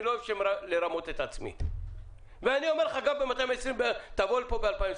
אני לא אוהב לרמות את עצמי ואני אומר לך תבוא לפה ב-2025,